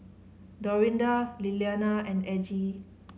Dorinda Lilianna and Aggie